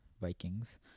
Vikings